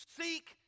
seek